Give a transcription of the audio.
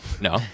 no